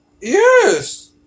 Yes